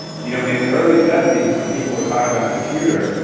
you know in the early seventy s, when people were talking about computers,